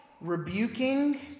rebuking